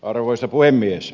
arvoisa puhemies